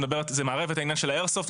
זה מערב את העניין של האייר סופט,